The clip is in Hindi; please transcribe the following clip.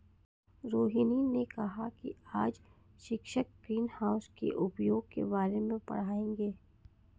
रोहिनी ने कहा कि आज शिक्षक ग्रीनहाउस के उपयोग के बारे में पढ़ाएंगे